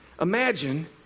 Imagine